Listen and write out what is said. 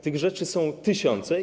Tych rzeczy są tysiące.